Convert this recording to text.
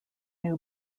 new